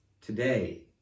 Today